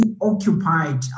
occupied